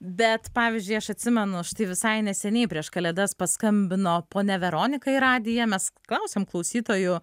bet pavyzdžiui aš atsimenu štai visai neseniai prieš kalėdas paskambino ponia veronika į radiją mes klausėm klausytojų